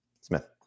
Smith